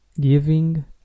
giving